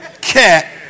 cat